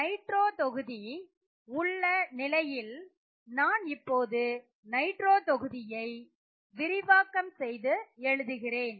nitro தொகுதி உள்ள நிலையில் நான் இப்போது நைட்ரோ தொகுதியை விரிவாக்கம் செய்து எழுதுகிறேன்